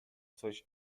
coś